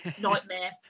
nightmare